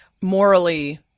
morally